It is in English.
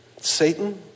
Satan